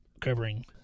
covering